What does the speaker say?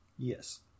Yes